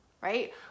right